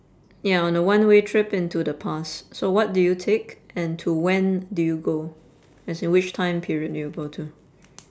ya on a one way trip into the past so what do you take and to when do you go as in which time period do you go to